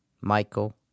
Michael